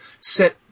set